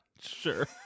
Sure